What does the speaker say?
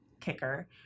kicker